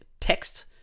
Text